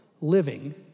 living